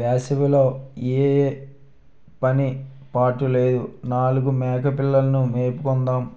వేసవి లో ఏం పని పాట లేదు నాలుగు మేకపిల్లలు ను మేపుకుందుము